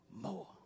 more